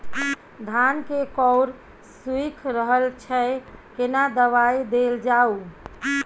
धान के कॉर सुइख रहल छैय केना दवाई देल जाऊ?